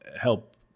help